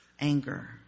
anger